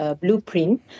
blueprint